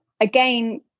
again